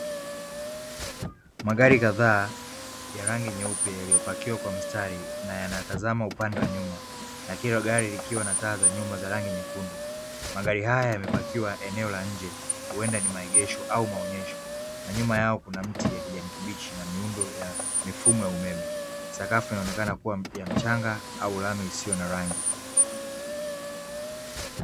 Magari kadhaa ya rangi nyeupe yaliyopakiwa kwa mistari na yanatazama upande wa nyuma, na kila gari likiwa na taa za nyuma za rangi nyekundu magari haya yamepakiwa eneo la nje huenda ni maegesho au maonyesho na nyuma yao kuna mti yenye kijani kibichi na mifumo ya umeme, sakafu inaonekana kuwa mpya au lami isiyo na rangi.